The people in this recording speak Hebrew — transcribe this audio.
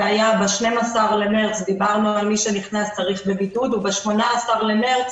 זה היה ב-12 במרץ דיברנו על מי שנכנס שצריך בבידוד וב-18 במרץ